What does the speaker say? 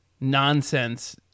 nonsense